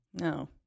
no